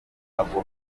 agomesha